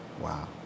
Wow